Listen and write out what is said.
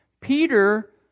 Peter